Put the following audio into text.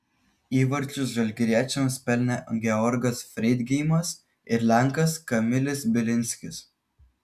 įvarčius žalgiriečiams pelnė georgas freidgeimas ir lenkas kamilis bilinskis